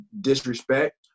disrespect